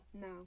No